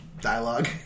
dialogue